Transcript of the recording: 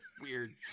weird